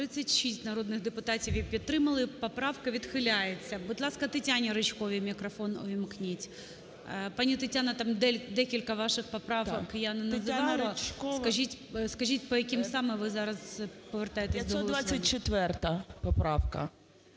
36 народних депутатів її підтримали. Поправка відхиляється. Будь ласка, ТетяніРичковій мікрофон увімкніть. Пані Тетяна, там декілька ваших поправок я не називала. Скажіть, по яким саме ви зараз повертаєтесь до голосування? 12:57:49